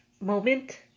moment